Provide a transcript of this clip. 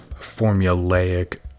formulaic